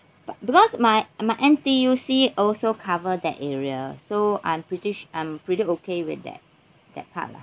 but because my my N_T_U_C also cover that area so I'm pretty I'm pretty okay with that that part lah